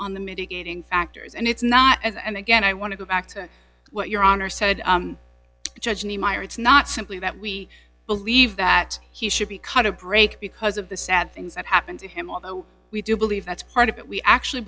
on the mitigating factors and it's not and again i want to go back to what your honor said judge niemeyer it's not simply that we believe that he should be cut a break because of the sad things that happened to him although we do believe that's part of it we actually